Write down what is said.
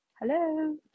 Hello